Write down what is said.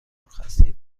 مرخصی